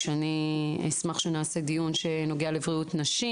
אשמח שנערוך דיון שנוגע לבריאות נשים,